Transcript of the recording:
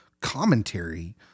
commentary